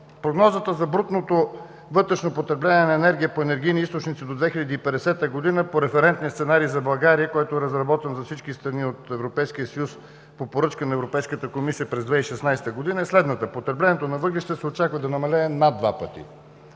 Прогнозата за брутното вътрешно потребление на енергия по енергийни източници до 2050 г. по референтния сценарий за България, който е разработван за всички страни от Европейския съюз по поръчка на Европейската комисия през 2016 г., е следната. Потреблението на въглища се очаква да намалее над два пъти,